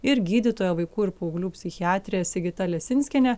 ir gydytoja vaikų ir paauglių psichiatrė sigita lesinskienė